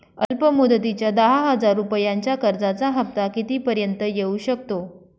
अल्प मुदतीच्या दहा हजार रुपयांच्या कर्जाचा हफ्ता किती पर्यंत येवू शकतो?